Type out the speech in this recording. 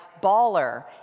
baller